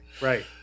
right